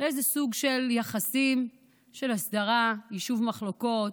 לאיזה סוג של יחסים של הסדרה, יישוב מחלוקות,